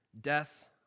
death